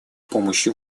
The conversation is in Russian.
помощью